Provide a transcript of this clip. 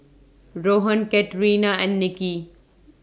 Rohan Katarina and Nicky